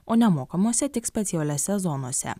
o nemokamuose tik specialiose zonose